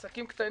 עסקים קטנים,